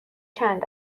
چند